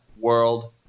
world